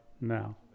now